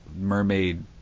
Mermaid